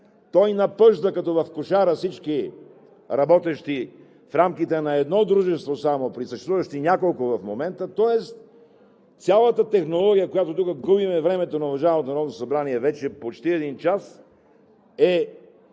той напъжда като в кошара всички работещи в рамките на едно дружество само при съществуващи няколко в момента. Тоест цялата технология тук, с която губим времето на уважаемото Народно събрание вече почти един час, е